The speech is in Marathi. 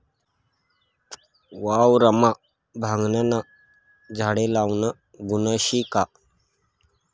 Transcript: वावरमा भांगना झाडे लावनं गुन्हा शे का?